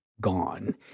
gone